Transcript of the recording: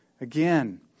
again